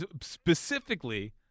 specifically